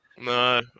No